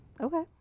Okay